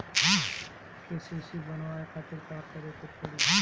KCC बनवावे खातिर का करे के पड़ी?